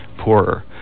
poorer